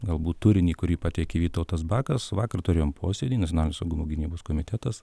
galbūt turinį kurį pateikė vytautas bakas vakar turėjom posėdį nacionalinio saugumo gynybos komitetas